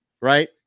Right